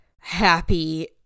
happy